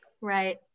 Right